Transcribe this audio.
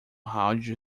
rádio